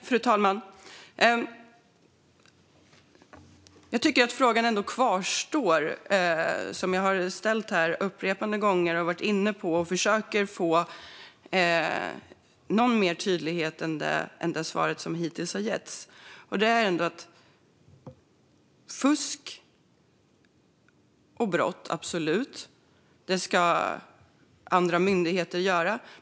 Fru talman! Jag tycker att frågan ändå kvarstår som jag ställt här upprepade gånger och varit inne på och försöker få någon mer tydlighet i än de svar som hittills har getts. Arbetet mot fusk och brott ska andra myndigheter göra, absolut.